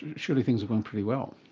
surely things are going pretty well?